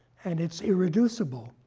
and it's irreducible.